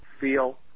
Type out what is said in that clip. feel